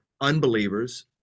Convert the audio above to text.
unbelievers